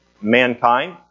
mankind